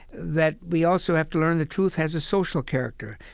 that we also have to learn that truth has a social character.